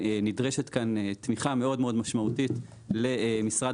ונדרשת כאן תמיכה מאוד-מאוד משמעותית למשרד